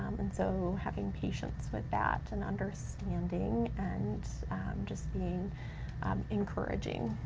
and so having patience with that, and understanding, and just being um encouraging,